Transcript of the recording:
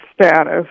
status